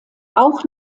auch